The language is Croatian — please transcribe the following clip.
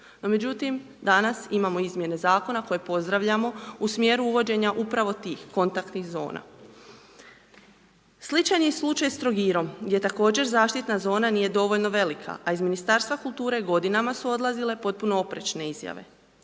međutim, danas imamo izmjene zakona koje pozdravljamo u smjeru uvođenja upravo tih kontaktnih zona. Sličan je slučaj s Trogirom, gdje također zaštitna zona nije dovoljno velika a iz Ministarstva kulture godinama su odlazile potpuno oprečne izjave.